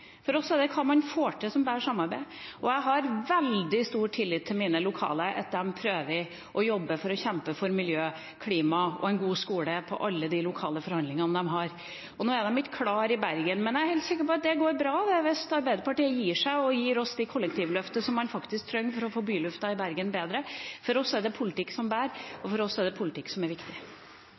For oss er det hva man får til, som bærer samarbeid. Jeg har veldig stor tillit til mine lokale, at de prøver å kjempe for miljø, klima og en god skole i alle de lokale forhandlingene de har. Nå er de ikke klar i Bergen, men jeg er helt sikker på at det går bra hvis Arbeiderpartiet gir seg og gir oss det kollektivløftet som man faktisk trenger for å få bylufta i Bergen bedre. For oss er det politikk som bærer, og for oss er det politikk som er viktig.